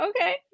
okay